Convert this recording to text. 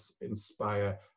inspire